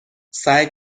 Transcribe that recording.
سعی